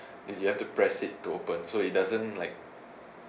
is you have to press it to open so it doesn't like